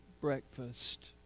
breakfast